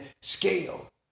scale